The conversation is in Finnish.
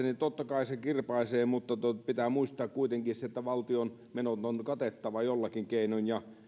niin totta kai se kirpaisee mutta pitää muistaa kuitenkin se että valtion menot on katettava jollakin keinoin